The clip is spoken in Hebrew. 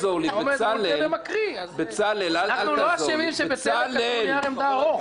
אנחנו לא אשמים שבצלם כתבו נייר עמדה ארוך.